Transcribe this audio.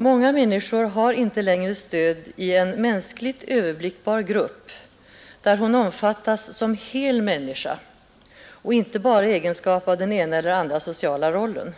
Många människor har inte längre stöd i en mänskligt överblickbar grupp, där hon omfattas som hel människa och inte bara i egenskap av den ena eller andra sociala rollen.